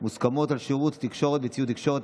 מוסכמות על שירותי תקשורת וציוד תקשורת),